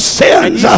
sins